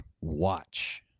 watch